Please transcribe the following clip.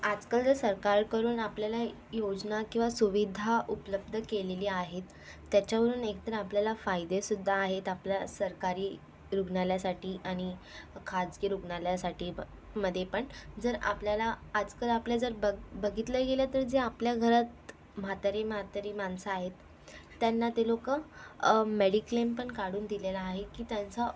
आजकालच्या सरकारकडून आपल्याला योजना किंवा सुविधा उपलब्ध केलेली आहेत तेच्यावरून एकतर आपल्याला फायदेसुद्दा आहेत आपल्या सरकारी रुग्णालयासाठी आणि खाजगी रुग्णालयासाठी मध्येपण जर आपल्याला आजकाल आपल्या जर ब बघितलं गेलं तर जे आपल्या घरात म्हातारी म्हातारी माणसं आहेत त्यांना ती लोकं मेडिक्लेमपण काढून दिलेला आहे की त्यांचा